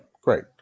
Great